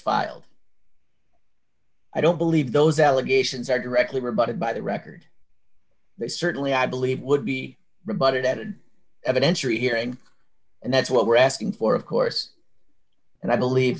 filed i don't believe those allegations are directly rebutted by the record they certainly i believe would be rebutted at an evidentiary hearing and that's what we're asking for of course and i believe